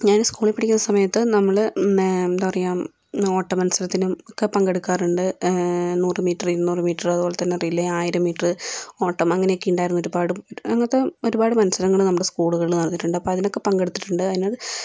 ഞാൻ സ്കൂളിൽ പഠിക്കുന്ന സമയത്ത് നമ്മള് എന്താ പറയുക ഓട്ട മത്സരത്തിനും ഒക്കെ പങ്കെടുക്കാറുണ്ട് നൂറ് മീറ്ററ് ഇരുന്നൂറ് മീറ്ററ് അതുപോലെ തന്നെ റിലേ ആയിരം മീറ്ററ് ഓട്ടം അങ്ങനെ ഒക്കെ ഉണ്ടായിരുന്നു അന്നൊക്കെ ഒരുപാടും ഒരുപാട് മത്സരങ്ങൾ നമ്മളുടെ സ്കൂളുകളിൽ നടന്നിട്ടുണ്ട് അതിനൊക്കെ പങ്കെടുത്തിട്ടുണ്ട് അതിനുള്ള